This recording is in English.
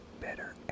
better